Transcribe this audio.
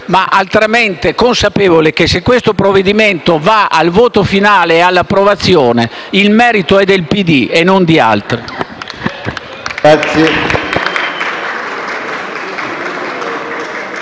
altrettanto consapevoli che, se questo provvedimento va al voto finale e all'approvazione, il merito è del PD e non di altri.